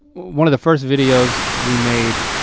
one of the first videos we made,